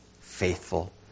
faithful